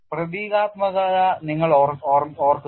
പ്രതീകാത്മകത നിങ്ങൾ ഓർക്കുക